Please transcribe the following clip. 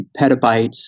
petabytes